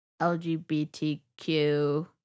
LGBTQ